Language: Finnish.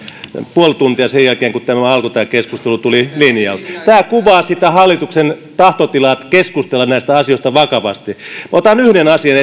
puoli tuntia sen jälkeen kun tämä keskustelu alkoi tuli linjaus tämä kuvaa hallituksen tahtotilaa keskustella näistä asioista vakavasti otan esille yhden asian